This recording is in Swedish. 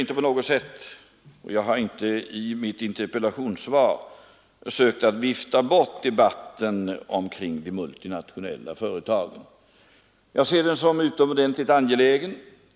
Varken i mitt interpellationssvar eller i annat sammanhang har jag försökt vifta bort debatten omkring de multinationella företagen. Jag ser den debatten som utomordentligt angelägen.